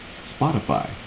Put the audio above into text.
Spotify